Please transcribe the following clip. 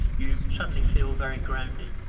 you suddenly feel very grounded.